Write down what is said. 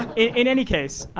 in any case,